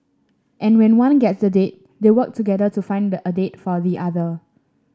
and when one gets a date they work together to find a date for the other